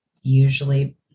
usually